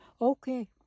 Okay